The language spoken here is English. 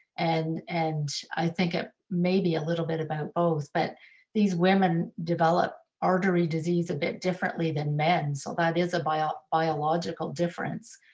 and and, i think it may be a little bit about both, but these women develop artery disease a bit differently than men, so that is a bio biological difference.